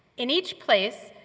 in each place,